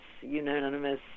unanimous